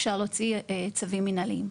אפשר להוציא כנגדה צווים מינהליים.